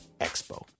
expo